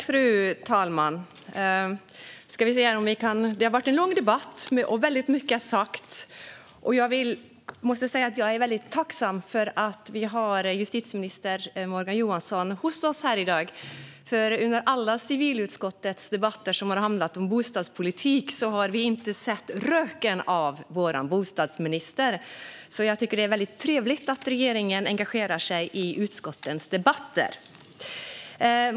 Fru talman! Det har varit en lång debatt, och väldigt mycket har sagts. Jag måste säga att jag är väldigt tacksam för att vi har justitieminister Morgan Johansson hos oss här i dag. Under alla civilutskottets debatter som har handlat om bostadspolitik har vi nämligen inte sett röken av vår bostadsminister. Jag tycker därför att det är trevligt att regeringen engagerar sig i utskottens debatter.